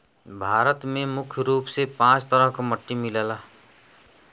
भारत में मुख्य रूप से पांच तरह क मट्टी मिलला